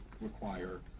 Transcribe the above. require